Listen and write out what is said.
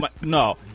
No